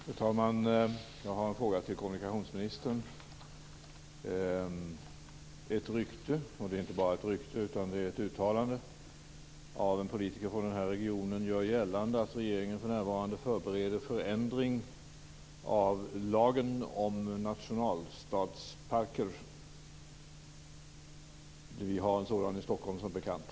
Fru talman! Jag har en fråga till kommunikationsministern. Ett rykte, och det är inte bara ett rykte utan ett uttalande av en politiker från den här regionen, gör gällande att regeringen för närvarande förbereder en förändring av lagen om nationalstadsparker. Vi har en sådan i Stockholm som bekant.